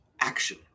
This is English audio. action